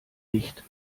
nicht